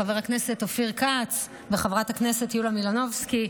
חבר הכנסת אופיר כץ וחברת הכנסת יוליה מלינובסקי,